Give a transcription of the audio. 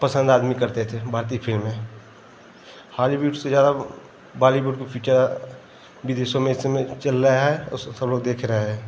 पसंद आदमी करते थे भारतीय फिल्में हालीवुड से ज़्यादा बालीवुड की पिच्चर विदेशों में इस समय चल रहा है और सब लोग देख रहे हैं